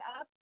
up